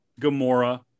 Gamora